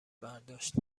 برداشت